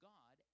God